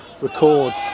record